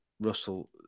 Russell